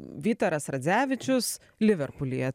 vytaras radzevičius liverpulyje